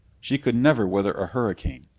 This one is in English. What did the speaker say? she could never weather a hurricane!